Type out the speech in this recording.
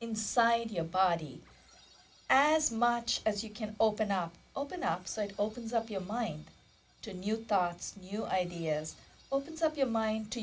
inside your body as much as you can open up open up side opens up your mind to new thoughts your ideas opens up your mind to